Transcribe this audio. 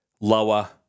lower